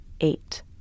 eight